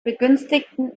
begünstigten